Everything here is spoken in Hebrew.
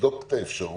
- תבדוק את האפשרות.